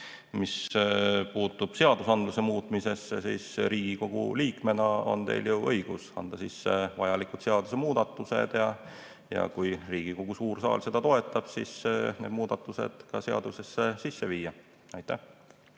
Mis puutub seaduse muutmisse, siis Riigikogu liikmena on teil ju õigus anda sisse vajalikud seadusemuudatused ja kui Riigikogu suur saal seda toetab, siis need muudatused ka seadusesse sisse viia. Aitäh!